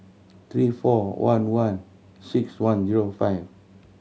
three four one one six one zero five